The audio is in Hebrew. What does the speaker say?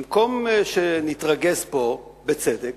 במקום שנתרגז פה, בצדק,